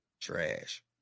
Trash